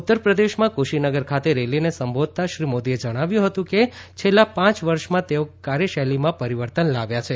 ઉત્તરપ્રદેશમાં કુશીનગર ખાતે રેલીને સંબોધતાં શ્રી નરેન્દ્ર મોદીએ જણાવ્યું હતું કે છેલ્લા પાંચ વર્ષમાં તેઓ કાર્યશૈલીમાં પરિવર્તન લાવ્યા છે